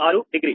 6 degree